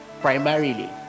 primarily